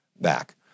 back